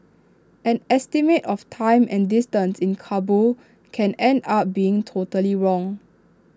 an estimate of time and distance in Kabul can end up being totally wrong